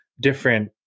different